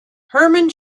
herman